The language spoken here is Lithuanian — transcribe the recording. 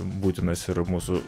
būtinas ir mūsų